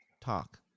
talk